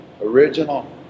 original